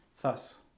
Thus